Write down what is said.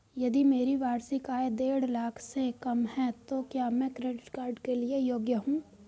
यदि मेरी वार्षिक आय देढ़ लाख से कम है तो क्या मैं क्रेडिट कार्ड के लिए योग्य हूँ?